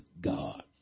God